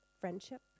friendship